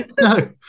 No